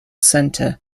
centre